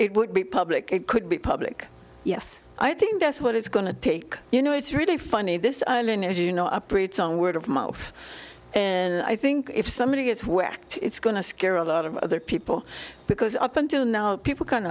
it would be public it could be public yes i think that's what it's going to take you know it's really funny this island as you know operates on word of mouth and i think if somebody gets whacked it's going to scare a lot of other people because up until now people